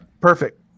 perfect